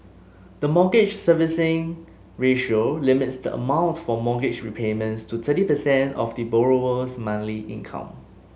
the Mortgage Servicing Ratio limits the amount for mortgage repayments to thirty percent of the borrower's monthly income